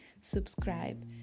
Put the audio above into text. subscribe